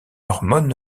hormone